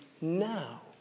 now